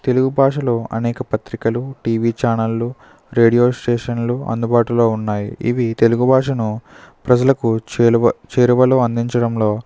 తెలుగు భాషలో అనేక పత్రికలు టీవీ ఛానెళ్లు రేడియో స్టేషన్లు అందుబాటులో ఉన్నాయి ఇవి తెలుగు భాషను ప్రజలకు చేరువ చేరువలో అందించటంలో